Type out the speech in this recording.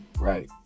Right